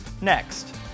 next